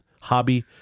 hobby